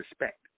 respect